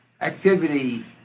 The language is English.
activity